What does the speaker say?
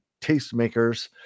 tastemakers